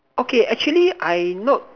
okay actually I not